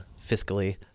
fiscally